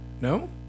No